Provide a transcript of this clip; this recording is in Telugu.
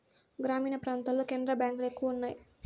గ్రామీణ ప్రాంతాల్లో కెనరా బ్యాంక్ లు ఎక్కువ ఉన్నాయి